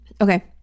Okay